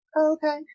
Okay